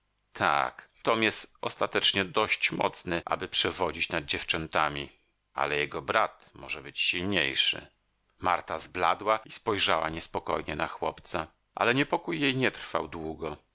tak tom jest ostatecznie dość mocny aby przewodzić nad dziewczętami ale jego brat może być silniejszy marta zbladła i spojrzała niespokojnie na chłopca ale niepokój jej nie trwał długo